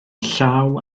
llaw